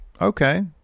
Okay